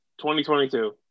2022